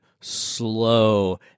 slow